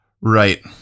Right